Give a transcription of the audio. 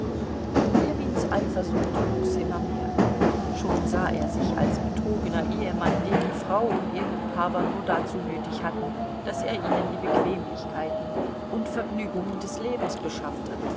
ljewins eifersucht wuchs immer mehr schon sah er sich als betrogener ehemann den die frau und ihr liebhaber nur dazu nötig hatten daß er ihnen die bequemlichkeiten und vergnügungen des lebens beschaffte